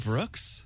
Brooks